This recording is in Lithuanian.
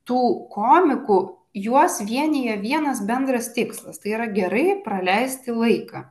tų komikų juos vienija vienas bendras tikslas tai yra gerai praleisti laiką